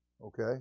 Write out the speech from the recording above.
Okay